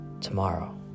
tomorrow